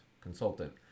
consultant